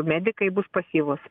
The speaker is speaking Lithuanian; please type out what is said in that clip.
medikai bus pasyvūs